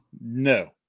No